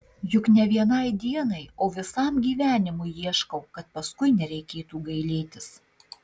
juk ne vienai dienai o visam gyvenimui ieškau kad paskui nereikėtų gailėtis